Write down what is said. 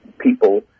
people